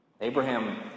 Abraham